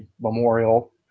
Memorial